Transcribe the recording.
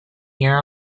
hear